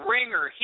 Ringer